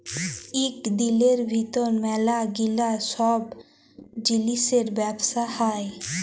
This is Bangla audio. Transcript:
ইক দিলের ভিতর ম্যালা গিলা ছব জিলিসের ব্যবসা হ্যয়